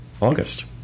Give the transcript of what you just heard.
August